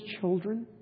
children